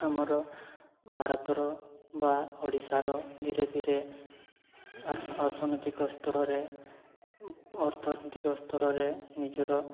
ଆମର ଭାରତର ବା ଓଡ଼ିଶାର ଧୀରେ ଧୀରେ ଆର ଅର୍ଥନୈତିକ ସ୍ତରରେ ଅର୍ଥନୈତିକ ସ୍ତରରେ ନିଜର